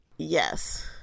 Yes